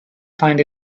find